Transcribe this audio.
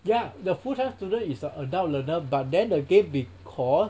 ya the full time student is a adult learner but then again we call